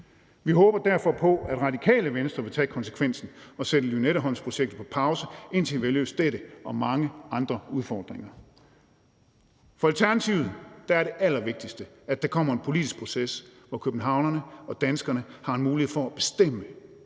Vi håber derfor på, at Radikale Venstre vil tage konsekvensen og sætte Lynetteholmprojektet på pause, indtil vi har løst dette og mange andre udfordringer. For Alternativet er det allervigtigste, at der kommer en politisk proces, hvor københavnerne og danskerne har mulighed for at bestemme,